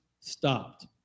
stopped